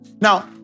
Now